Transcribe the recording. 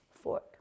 fork